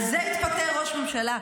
על זה התפטר ראש ממשלה.